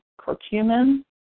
curcumin